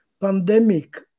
pandemic